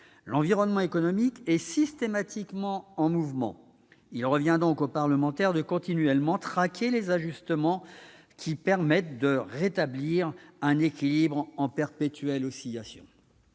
L'environnement économique est systématiquement en mouvement. Il revient donc aux parlementaires de continuellement traquer les ajustements qui permettent de rétablir un équilibre en perpétuelle oscillation.